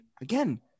again